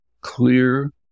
clear